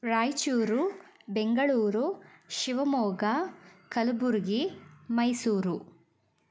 Raichur Bengaluru Shivamogga Kalaburagi Mysuru